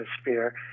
atmosphere